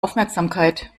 aufmerksamkeit